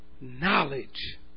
knowledge